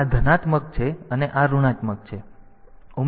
આ ધનાત્મક છે અને આ ઋણાત્મક છે